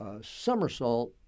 somersault